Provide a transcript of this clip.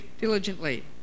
diligently